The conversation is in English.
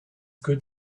good